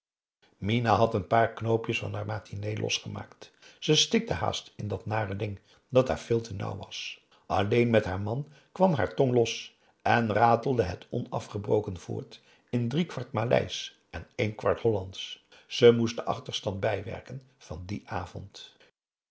mina had een paar knoopjes van haar matinee losgemaakt ze stikte haast in dat nare ding dat haar veel te nauw was alleen met haar man kwam haar tong los en ratelde het onafgebroken voort in drie kwart maleisch en één kwart hollandsch ze moest den achterstand bijwerken van dien avond